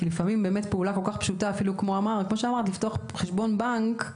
כי לפעמים אפילו פעולה פשוטה כמו פתיחת חשבון בנק,